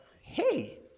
Hey